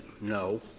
no